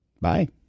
Bye